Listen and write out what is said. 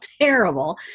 terrible